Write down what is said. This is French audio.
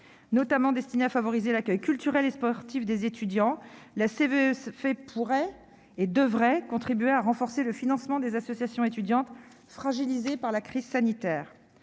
Notamment destinée à favoriser l'accueil culturel et sportif des étudiants, la CVEC pourrait, et devrait, contribuer à renforcer le financement des associations étudiantes fragilisées par la crise sanitaire.